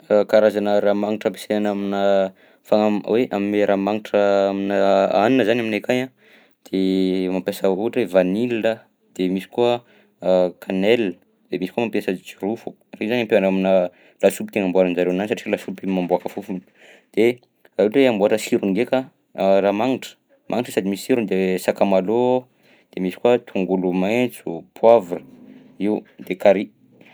Karazana raha magnitra ampiasaina aminà fagnam- hoe hanome raha magnitra aminà hanina zany aminay akagny a, de mampiasa ohatra hoe vanila de misy koa cannelle de misy koa mamiasa jirofo. Regny zany ampiaraha aminà lasopy tia agnamboaran-jareo anazy satria lasopy iny mamboaka fofona de raha ohatra hoe hamboatra sirony ndraika raha magnitra, magnitra sady misy sirony de sakamalao de misy koa tongolo maitso, poavra, io de carry.